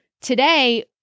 Today